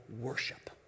worship